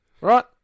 Right